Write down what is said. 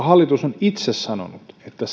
hallitus on itse sanonut että